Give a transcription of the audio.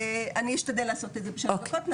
אני אשתדל לעשות את זה בשלוש דקות,